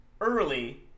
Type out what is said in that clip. early